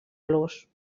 los